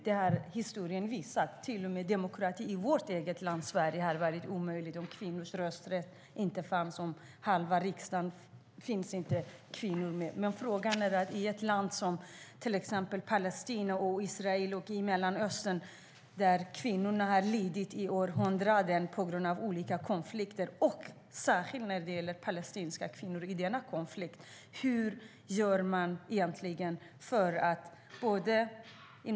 Det har historien visat. Demokrati i Sverige hade varit omöjlig utan kvinnors rösträtt och utan kvinnor i riksdagen. Vad gör egentligen Sverige och utrikesministern själv men också EU och FN för att lyfta fram även kvinnorna i MR-frågorna, till exempel i biståndet, när det gäller länder som till exempel Palestina och Israel och i Mellanöstern där kvinnor har lidit i århundraden på grund av olika konflikter och särskilt när det gäller palestinska kvinnor i denna konflikt?